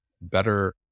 better